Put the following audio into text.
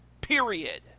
period